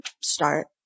start